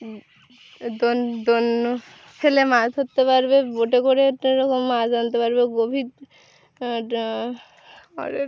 দোন দোন ফেলে মাছ ধরতে পারবে বোটে করে মাছ ধরতে পারবে গভীর